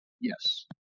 Yes